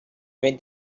when